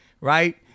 right